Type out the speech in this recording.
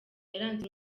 yaranze